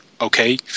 okay